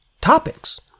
topics